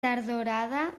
tardorada